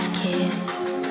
kids